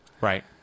Right